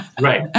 Right